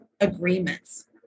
agreements